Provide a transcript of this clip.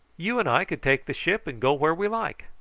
you and i could take the ship and go where we like.